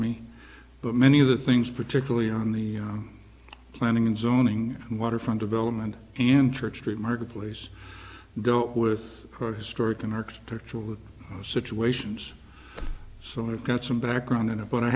me but many of the things particularly on the planning and zoning and waterfront development and church street market place go up with historic and architectural situations so i've got some background in it but i